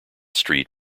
street